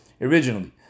originally